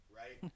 right